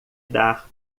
dar